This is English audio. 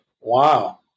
Wow